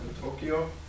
Tokyo